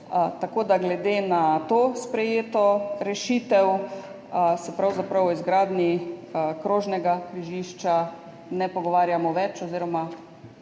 Tako da glede na to sprejeto rešitev se pravzaprav o izgradnji krožnega križišča ne pogovarjamo več oziroma